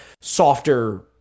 softer